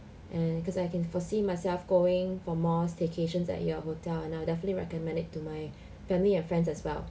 and because I can foresee myself going for more staycations at your hotel and I'll definitely recommend it to my family and friends as well